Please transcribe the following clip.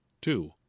two